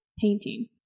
painting